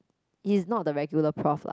he is not the regular prof lah